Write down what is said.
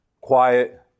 quiet